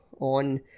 on